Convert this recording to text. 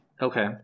Okay